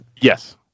Yes